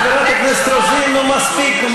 חברת הכנסת רוזין, נו, מספיק.